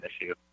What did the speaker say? issue